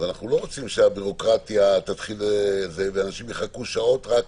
אנחנו לא רוצים שתהיה בירוקרטיה ואנשים יחכו שעות רק